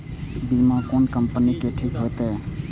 बीमा कोन कम्पनी के ठीक होते?